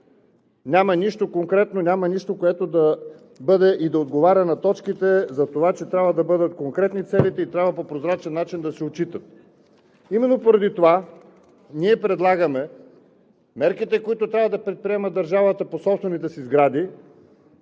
Няма нищо конкретно, няма нищо, което да отговаря на точките за това, че трябва да бъдат конкретни целите и по прозрачен начин да се отчитат. Именно поради това ние предлагаме мерките, които трябва да предприеме държавата по собствените си сгради,